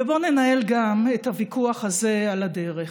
ובוא ננהל גם את הוויכוח הזה על הדרך.